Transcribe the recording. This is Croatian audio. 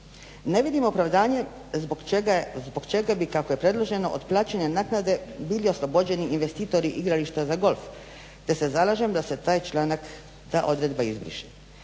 Ne vidim opravdanje zbog čega bi kako je predloženo od plaćanja naknade bili oslobođeni investitori igrališta za golf te se zalažem da se taj članak, ta odredba izbriše.